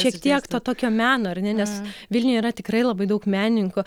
šiek tiek to tokio meno ar ne nes vilniuje yra tikrai labai daug menininkų